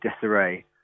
disarray